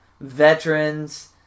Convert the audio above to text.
veterans